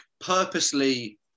purposely